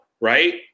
right